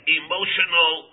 emotional